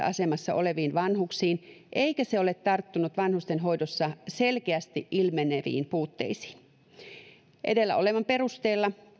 asemassa oleviin vanhuksiin eikä se ole tarttunut vanhustenhoidossa selkeästi ilmeneviin puutteisiin edellä olevan perusteella